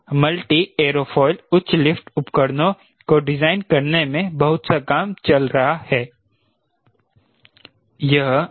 multi aerofoil उच्च lift उपकरणों को डिजाइन करने में बहुत सा काम चल रहा है